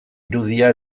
irudia